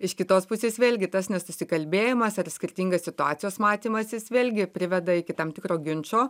iš kitos pusės vėlgi tas nesusikalbėjimas ar skirtingas situacijos matymas jis vėlgi priveda iki tam tikro ginčo